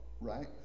right